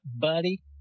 buddy